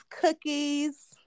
cookies